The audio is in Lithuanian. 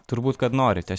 turbūt kad nori